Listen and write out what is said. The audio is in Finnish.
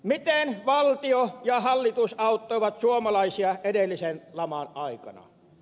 miten valtio ja hallitus auttoivat suomalaisia edellisen laman aikana